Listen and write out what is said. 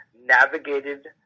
navigated